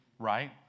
right